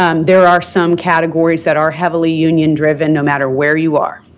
um there are some categories that are heavily union-driven no matter where you are.